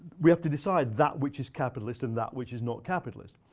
we have to decide that which is capitalist and that which is not capitalist.